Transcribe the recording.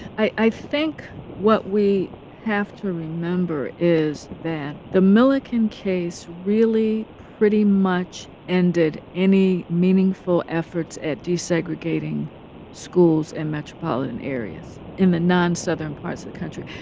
i think what we have to remember is that the milliken case really pretty much ended any meaningful efforts at desegregating schools in metropolitan areas in the non-southern parts of the country.